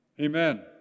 Amen